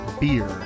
beer